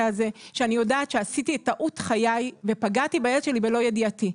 הזה כשאני יודעת שעשיתי את טעות חיי ופגעתי בילד שלי בלא ידיעתי.